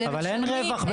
אבל הם משלמים.